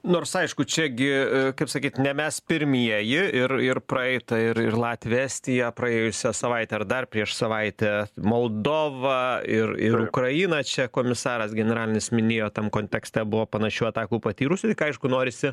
nors aišku čia gi kaip sakyt ne mes pirmieji ir ir praeitą ir ir latvija estija praėjusią savaitę ar dar prieš savaitę moldova ir ir ukraina čia komisaras generalinis minėjo tam kontekste buvo panašių atakų patyrusi tik aišku norisi